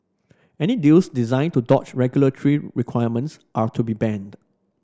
any deals designed to dodge regulatory requirements are to be banned